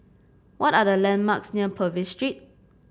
what are the landmarks near Purvis Street